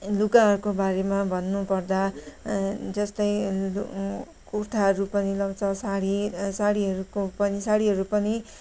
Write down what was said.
लुगाहरूको बारेमा भन्नुपर्दा जस्तै कुर्थाहरू पनि लाउँछ साडी साडीहरूको पनि साडीहरू पनि